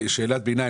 שאלת ביניים.